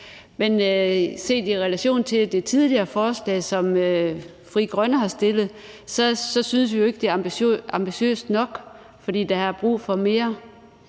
Men set i relation til det tidligere forslag, som Frie Grønne har fremsat, så synes vi ikke, det er ambitiøst nok, for der er brug for mere.